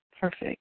perfect